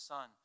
Son